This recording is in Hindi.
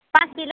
पाँच किलो